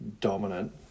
dominant